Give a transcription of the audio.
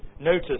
notice